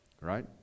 Right